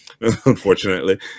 unfortunately